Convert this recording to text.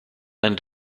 ein